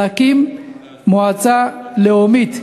להקים מועצה לאומית,